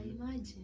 imagine